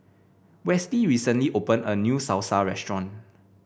Westley recently opened a new Salsa restaurant